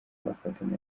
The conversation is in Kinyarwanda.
bafatanye